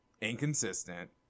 inconsistent